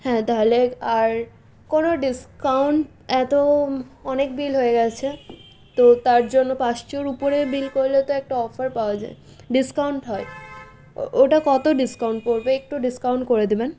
হ্যাঁ তাহলে আর কোনো ডিসকাউন্ট এত অনেক বিল হয়ে গেছে তো তার জন্য পাঁচশোর ওপরে বিল করলে তো একটা অফার পাওয়া যায় ডিসকাউন্ট হয় ও ওটা কত ডিসকাউন্ট পড়বে একটু ডিসকাউন্ট করে দেবেন